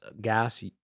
Gas